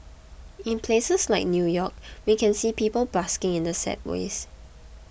in places like New York we can see people busking in the ways